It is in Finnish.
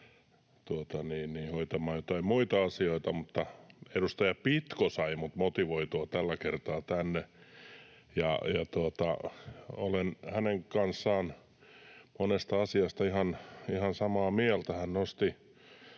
hoitamaan joitain muita asioita, mutta edustaja Pitko sai minut motivoitua tällä kertaa tänne. Olen hänen kanssaan monesta asiasta ihan samaa mieltä. Siis